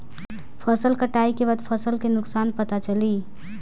फसल कटाई के बाद फसल के नुकसान पता चली